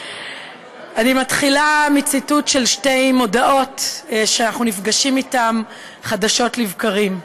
אני מתחילה מציטוט של שתי מודעות שאנחנו נפגשים איתן חדשות לבקרים.